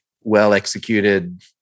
well-executed